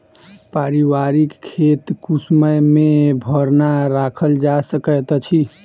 पारिवारिक खेत कुसमय मे भरना राखल जा सकैत अछि